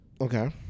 Okay